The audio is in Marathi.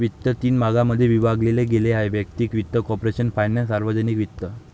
वित्त तीन भागांमध्ये विभागले गेले आहेः वैयक्तिक वित्त, कॉर्पोरेशन फायनान्स, सार्वजनिक वित्त